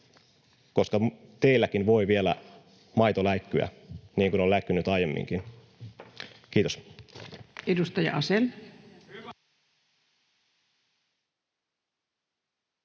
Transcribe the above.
koska teilläkin voi vielä maito läikkyä niin kuin on läikkynyt aiemminkin. — Kiitos. [Speech